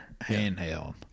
handheld